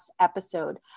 episode